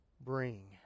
bring